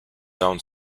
down